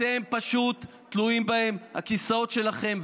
אתם פשוט תלויים בהם לכיסאות שלכם,